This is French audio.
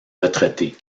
retraités